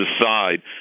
decide